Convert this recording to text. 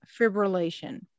fibrillation